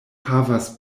havas